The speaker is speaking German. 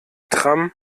tram